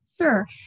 Sure